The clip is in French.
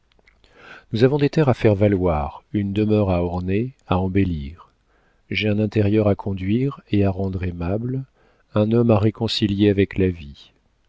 nous avons des terres à faire valoir une demeure à orner à embellir j'ai un intérieur à conduire et à rendre aimable un homme à réconcilier avec la vie